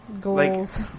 Goals